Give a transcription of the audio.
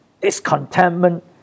discontentment